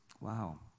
Wow